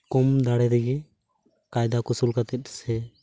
ᱠᱚᱢ ᱫᱟᱲᱮ ᱨᱮᱜᱮ ᱠᱟᱭᱫᱟ ᱠᱚᱣᱥᱳᱞ ᱠᱟᱛᱮᱫ ᱥᱮ